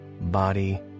body